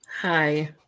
hi